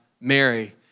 Mary